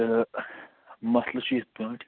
تہٕ مسلہٕ چھُ یِتھٕ پاٹھۍ